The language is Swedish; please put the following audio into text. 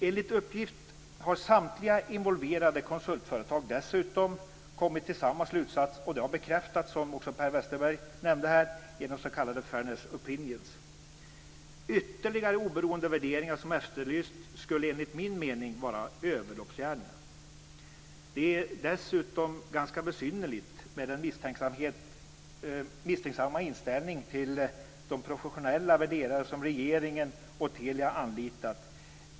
Enligt uppgift har samtliga involverade konsultföretag kommit till samma slutsats. Det har bekräftats, vilket också Per Westerberg nämnde här, genom s.k. fairness opionions. Ytterligare oberoende värderingar, som efterlysts, skulle enligt min mening vara överloppsgärningar. Det är dessutom ganska besynnerligt med den misstänksamma inställning till de professionella värderare som regeringen och Telia anlitat.